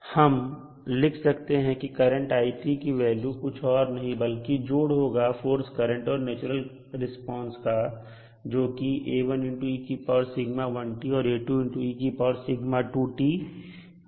हम लिख सकते हैं कि करंट की वैल्यू कुछ नहीं बल्कि जोड़ होगा फोर्स करंट का और नेचुरल रिस्पांस का जो कि है